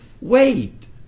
wait